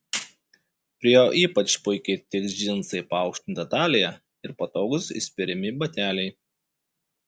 prie jo ypač puikiai tiks džinsai paaukštinta talija ir patogūs įspiriami bateliai